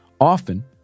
Often